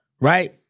Right